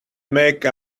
make